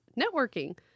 networking